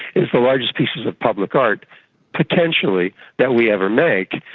is the largest pieces of public art potentially that we ever make,